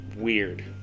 weird